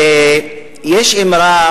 יש אמרה,